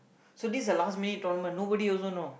so this is a last minute tournament nobody also know